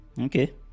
Okay